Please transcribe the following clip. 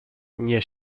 nie